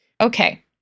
Okay